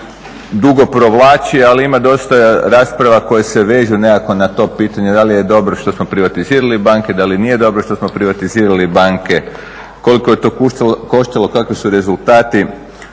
dugo provlači, ali ima dosta rasprava koje se vežu nekako na to pitanje da li je dobro što smo privatizirali banke, da li nije dobro što smo privatizirali banke, koliko je to koštalo, kakvi su rezultati.